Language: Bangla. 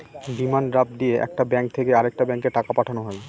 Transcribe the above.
ডিমান্ড ড্রাফট দিয়ে একটা ব্যাঙ্ক থেকে আরেকটা ব্যাঙ্কে টাকা পাঠানো হয়